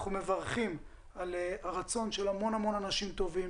אנחנו מברכים על הרצון של המון אנשים טובים,